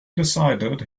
decided